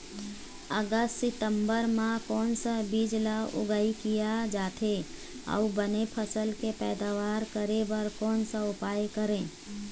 अगस्त सितंबर म कोन सा बीज ला उगाई किया जाथे, अऊ बने फसल के पैदावर करें बर कोन सा उपाय करें?